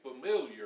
familiar